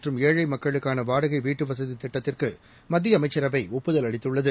மற்றும் ஏழைமக்களுக்கானவாடகைவீட்டுவசதிதிட்டத்திற்குமத்தியஅமைச்சரவைஒப்புதல் அளித்துள்ளது